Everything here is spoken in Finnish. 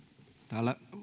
täällä